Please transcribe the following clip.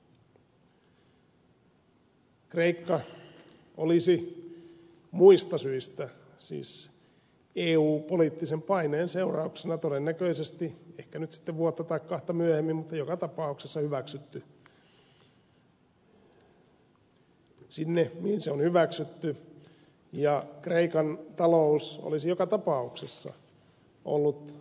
kreikka olisi muista syistä siis eun poliittisen paineen seurauksena todennäköisesti ehkä nyt sitten vuotta tai kahta myöhemmin mutta joka tapauksessa hyväksytty sinne mihin se on hyväksytty ja kreikan talous olisi joka tapauksessa ollut rapakunnossa